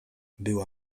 była